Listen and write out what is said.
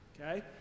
okay